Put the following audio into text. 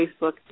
Facebook